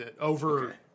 Over